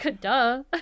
Duh